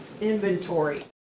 inventory